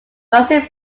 rising